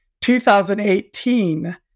2018